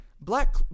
Black